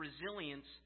resilience